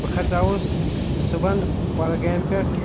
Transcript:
بہٕ کھژیوُس صبٮحن کۄلگام پٮ۪ٹھ